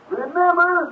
remember